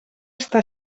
està